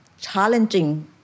challenging